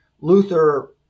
Luther